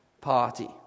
party